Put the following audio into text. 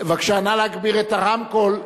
בבקשה, נא להגביר את הרמקול.